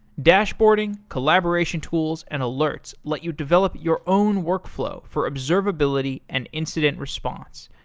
dashboarding, collaboration tools, and alerts let you develop your own workflow for observability and incident response.